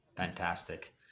fantastic